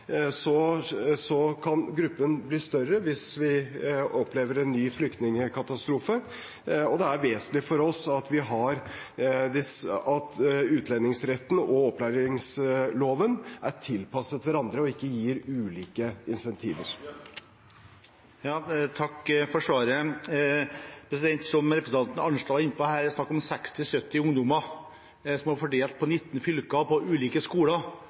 kan gruppen bli større hvis vi opplever en ny flyktningkatastrofe, og det er vesentlig for oss at utlendingsretten og opplæringsloven er tilpasset hverandre, og ikke gir ulike incentiver. Takk for svaret. Som representanten Arnstad var inne på, er det snakk om 60–70 ungdommer fordelt på 19 fylker og ulike skoler,